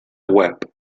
web